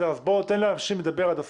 תן לאנשים לדבר עד הסוף.